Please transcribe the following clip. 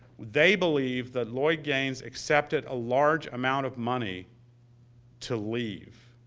they believe that lloyd gaines accepted a large amount of money to leave.